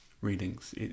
readings